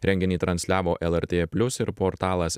renginį transliavo lrt plius ir portalas